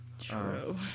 true